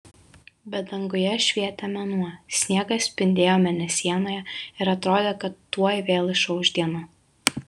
bet danguje švietė mėnuo sniegas spindėjo mėnesienoje ir atrodė kad tuoj vėl išauš diena